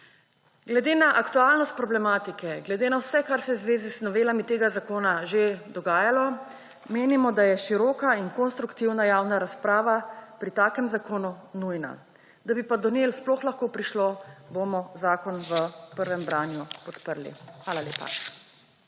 Glede na aktualnost problematike, glede na vse, kar se je v zvezi z novelami tega zakona že dogajalo, menimo, da je široka in konstruktivna javna razprava pri takem zakonu nujna. Da bi pa do nje sploh lahko prišlo, bomo zakon v prvem branju podprli. Hvala lepa.